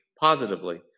positively